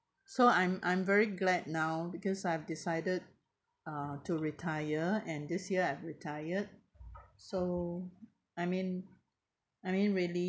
so I'm I'm very glad now because I've decided uh to retire and this year I've retired so I mean I mean really